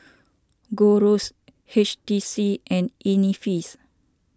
Gold Roast H T C and